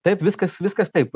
taip viskas viskas taip